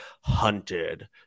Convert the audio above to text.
hunted